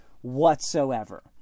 whatsoever